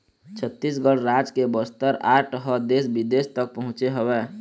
छत्तीसगढ़ राज के बस्तर आर्ट ह देश बिदेश तक पहुँचे हवय